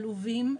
עלובים,